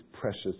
precious